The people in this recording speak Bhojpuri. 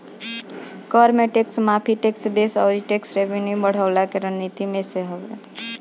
कर में टेक्स माफ़ी, टेक्स बेस अउरी टेक्स रेवन्यू बढ़वला के रणनीति में से हवे